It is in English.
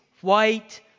white